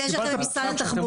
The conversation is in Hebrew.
אז יש לכם ממשרד התחבורה,